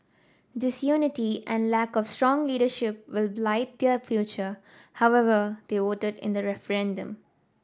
disunity and lack of strong leadership will blight their future however they voted in the referendum